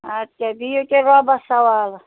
اَدٕ کیٛاہ بِہِو تیٚلہِ رۄبَس حَوالہٕ